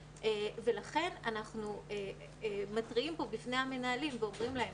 לכן אנחנו מתריעים פה בפני המנהלים ואומרים להם,